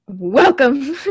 welcome